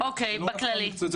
זה מתוך אחריות מקצועית,